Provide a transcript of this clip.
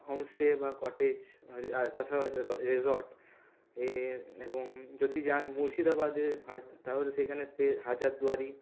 homestay বা cottage আর আর তাছাড়াও আছে রিসর্ট এ এবং যদি যান মুর্শিদাবাদে তাহলে সেখানে পেয়ে হাজারদুয়ারি